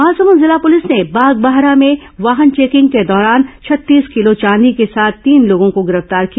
महासमुद जिला पुलिस ने बागबाहरा में वाहन चेकिंग के दौरान छत्तीस किलो चांदी के साथ तीन लोगों को गिरफ्तार किया